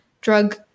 drug